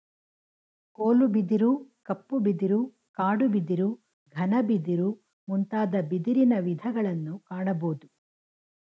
ಕೋಲು ಬಿದಿರು, ಕಪ್ಪು ಬಿದಿರು, ಕಾಡು ಬಿದಿರು, ಘನ ಬಿದಿರು ಮುಂತಾದ ಬಿದಿರಿನ ವಿಧಗಳನ್ನು ಕಾಣಬೋದು